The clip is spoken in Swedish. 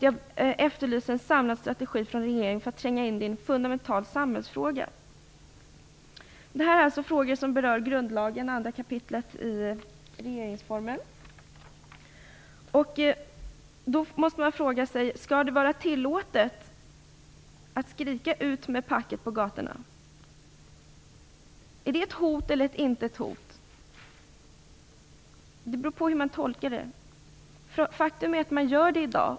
Jag efterlyser en samlad strategi från regeringen för att tränga in i en fundamental samhällsfråga. Det här är frågor som berör grundlagen, 2 kap. i regeringsformen. Vi måste fråga oss om det skall vara tillåtet att skrika "Ut med packet!" på gatorna. Är det ett hot, eller är det inte ett hot? Det beror på hur man tolkar det. Faktum är att det sker i dag.